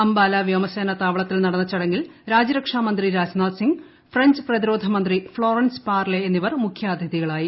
അംബാല വ്യോമസേന താവളത്തിൽ നടന്ന ചടങ്ങിൽ രാജ്യരക്ഷാമന്ത്രി രാജ് നാഥ് സിങ് ഫ്രഞ്ച് പ്രതിരോധ മന്ത്രി ഫ്ളോറൻസ് പാർലെ എന്നിവർ മുഖ്യാതിഥികളായി